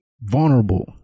vulnerable